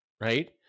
right